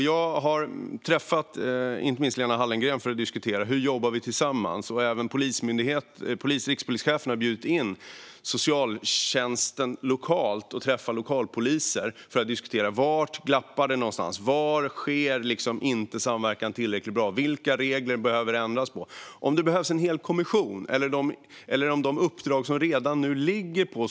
Jag har träffat Lena Hallengren för att diskutera hur vi ska jobba tillsammans, och rikspolischefen har bjudit in socialtjänsten lokalt och träffar lokalpoliser för att diskutera var det glappar någonstans, var samverkan inte sker tillräckligt bra och vilka regler som behöver ändras.